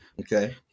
Okay